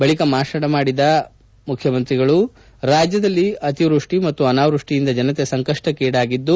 ಬಳಿಕ ಭಾಷಣ ಮಾಡಿದ ಮುಖ್ಯಮಂತ್ರಿ ರಾಜ್ಯದಲ್ಲಿ ಅತಿವೃಷ್ಟಿ ಮತ್ತು ಅನಾವೃಷ್ಟಿಯಿಂದ ಜನತೆ ಸಂಕಷ್ಟಕ್ಕೀಡಾಗಿದ್ದು